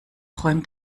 räumt